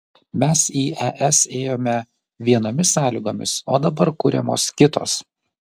mes į es ėjome vienomis sąlygomis o dabar kuriamos kitos